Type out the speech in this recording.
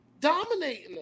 dominating